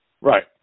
Right